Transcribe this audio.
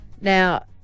Now